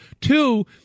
Two